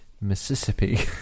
Mississippi